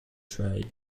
trade